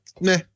nah